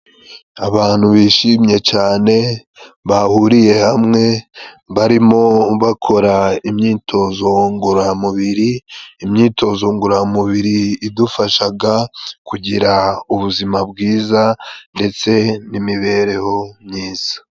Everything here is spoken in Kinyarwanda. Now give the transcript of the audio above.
Abantu bishimye cane bahuriye hamwe, barimo bakora imyitozo ngororamubiri, imyitozo ngororamubiri, idufashaga kugira ubuzima bwiza ndetse n'imibereho myiza.